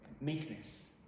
Meekness